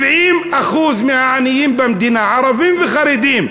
70% מהעניים במדינה, ערבים וחרדים,